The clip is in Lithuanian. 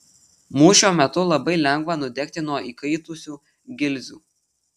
mūšio metu labai lengva nudegti nuo įkaitusių gilzių